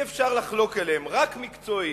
אי-אפשר לחלוק עליהם, רק מקצועיים.